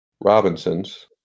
Robinsons